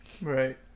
Right